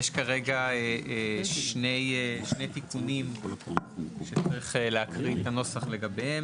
יש כרגע שני תיקונים שצריך להקריא את הנוסח לגביהם.